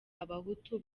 abahutu